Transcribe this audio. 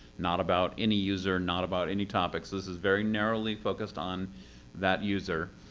not about any user, not about any topics this is very narrowly focused on that user